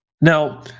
Now